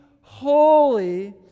holy